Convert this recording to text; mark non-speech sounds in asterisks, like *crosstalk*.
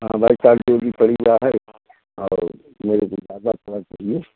हमारी *unintelligible* पड़ी *unintelligible* और *unintelligible* ताज़ा फ्लावर्स चाहिए